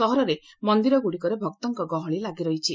ସହରରେ ମନ୍ଦିରଗୁଡ଼ିକରେ ଭକ୍ତଙ୍କ ଗହଳି ଲାଗିରହିଛି